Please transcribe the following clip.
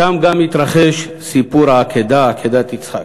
שם גם התרחש סיפור העקדה, עקדת יצחק,